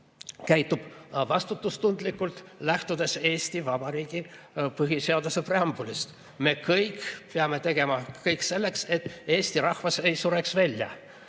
käitub vastutustundlikult, lähtudes Eesti Vabariigi põhiseaduse preambulist. Me kõik peame tegema kõik selleks, et eesti rahvas ei sureks välja.